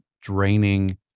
draining